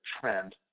trend